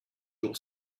your